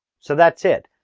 so that's it.